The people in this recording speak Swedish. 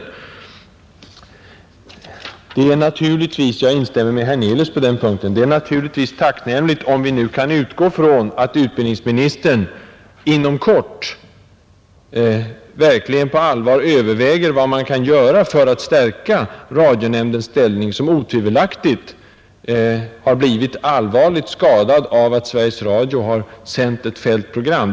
15 april 1971 Det är naturligtvis — jag instämmer i vad herr Hernelius yttrat på den punkten — tacknämligt om vi nu kan utgå från att utbildningsministern inom kort verkligen på allvar överväger vad man kan göra för att stärka radionämndens ställning, som otvivelaktigt blivit allvarligt skadad av att Sveriges Radio har sänt ett fällt program.